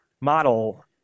model